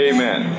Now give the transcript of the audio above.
Amen